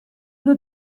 were